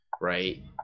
right